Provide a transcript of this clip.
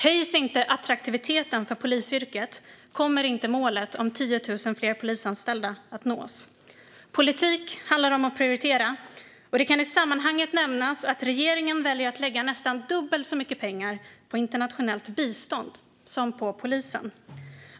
Höjs inte attraktiviteten för polisyrket kommer inte målet om 10 000 fler polisanställda att nås. Politik handlar om att prioritera. Det kan i sammanhanget nämnas att regeringen väljer att lägga nästan dubbelt så mycket pengar på internationellt bistånd som på polisen.